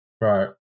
right